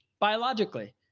biologically